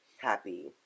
happy